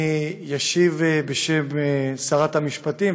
אני אשיב בשם שרת המשפטים,